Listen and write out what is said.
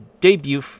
debut